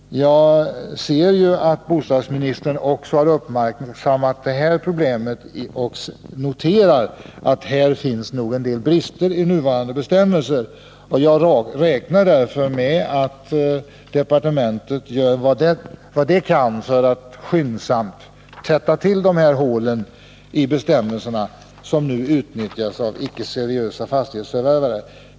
Bostadsministern har ju också uppmärksammat det här problemet och noterat att det nog finns en del brister i nuvarande bestämmelser. Jag räknar därför med att bostadsdepartementet gör vad det kan för att skyndsamt täppa till de hål i bestämmelserna som nu utnyttjas av icke-seriösa fastighetsförvärvare.